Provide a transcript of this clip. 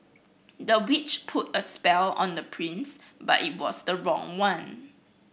the witch put a spell on the prince but it was the wrong one